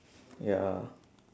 ya